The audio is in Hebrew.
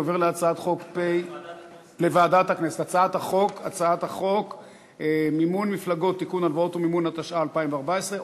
ההצבעה הזאת שלך אצל מיכאלי לא נחשבת,